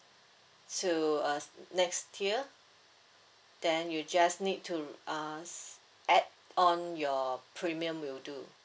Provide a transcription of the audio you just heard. to uh next tier then you just need to uh add on your premium will do